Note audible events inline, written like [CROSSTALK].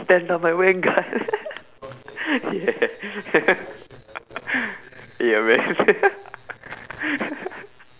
stand up the vanguard [LAUGHS] yeah [LAUGHS] yeah man [LAUGHS]